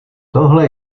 tohle